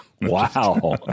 Wow